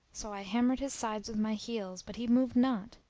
so i hammered his sides with my heels, but he moved not,